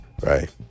Right